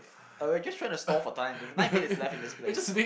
uh we're just trying to stall for time we have nine minutes left in this place